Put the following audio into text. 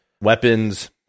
weapons